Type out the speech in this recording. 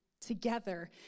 together